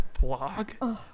Blog